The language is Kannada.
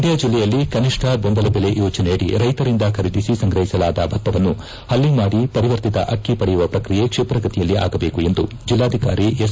ಮಂಡ್ಡ ಜಿಲ್ಲೆಯಲ್ಲಿ ಕನಿಷ್ಠ ಬೆಂಬಲ ಬೆಲೆ ಯೋಜನೆಯಡಿ ರೈತರಿಂದ ಖರೀದಿಸಿ ಸಂಗ್ರಹಿಸಲಾದ ಭತ್ತವನ್ನು ಪಲ್ಲಿಂಗ್ ಮಾಡಿ ಪರಿವರ್ತಿತ ಅಕ್ಕಿ ಪಡೆಯುವ ಪ್ರಕ್ರಿಯೆ ಕ್ಷಿಪ್ರಗತಿಯಲ್ಲಿ ಆಗಬೇಕೆಂದು ಜಿಲ್ಲಾಧಿಕಾರಿ ಎಸ್